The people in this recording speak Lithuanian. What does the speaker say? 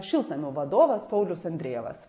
šiltnamių vadovas paulius andrejevas